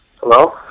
hello